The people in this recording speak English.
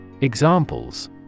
Examples